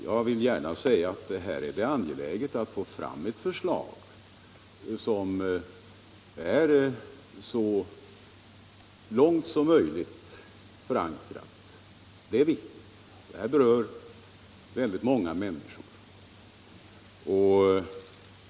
Jag vill gärna säga att det är angeläget att få fram ett förslag som är så väl förankrat som möjligt, för det är riktigt att frågan berör många människor.